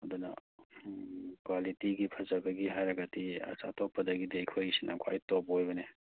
ꯑꯗꯨꯅ ꯎꯝ ꯀ꯭ꯋꯥꯂꯤꯇꯤꯒꯤ ꯐꯖꯕꯒꯤ ꯍꯥꯏꯔꯒꯗꯤ ꯑꯁ ꯑꯇꯣꯞꯄꯗꯒꯤꯗꯤ ꯑꯩꯈꯣꯏꯁꯤꯅ ꯈ꯭ꯋꯥꯏ ꯇꯣꯞ ꯑꯣꯏꯕꯅꯦ